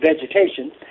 vegetation